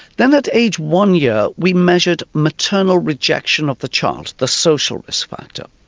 then at age one year we measured maternal rejection of the child, the social risk factor.